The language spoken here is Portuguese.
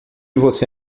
você